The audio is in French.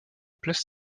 place